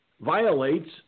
violates